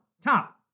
top